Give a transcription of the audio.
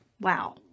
Wow